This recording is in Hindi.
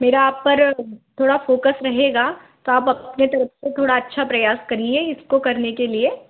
मेरा आप पर थोड़ा फ़ोकस रहेगा तो आप अपने तरफ से थोड़ा अच्छा प्रयास करिए इसको करने के लिए